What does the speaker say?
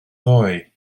ddoe